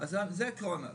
זה קורונה,